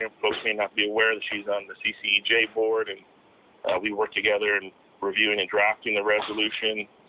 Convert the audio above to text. and folks may not be aware that she's on the ccj board, and we worked together in reviewing and drafting the resolution.